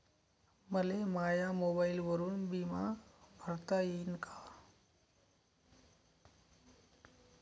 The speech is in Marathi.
मले माया मोबाईलवरून बिमा भरता येईन का?